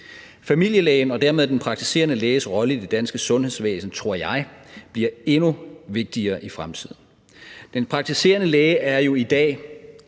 Familielægen og dermed den praktiserende læges rolle i det danske sundhedsvæsen tror jeg bliver endnu vigtigere i fremtiden. Den praktiserende læge er i dag